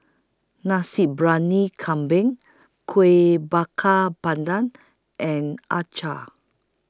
Nasi Briyani Kambing Kueh Bakar Pandan and Acar